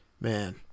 man